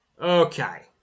Okay